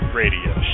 radio